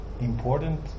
important